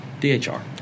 DHR